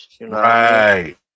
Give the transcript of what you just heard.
Right